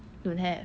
don't have